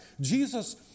Jesus